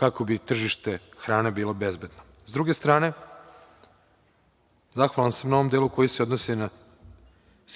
kako bi tržište hrane bilo bezbedno.S druge strane, zahvalan sam na ovom delu koji se odnosi na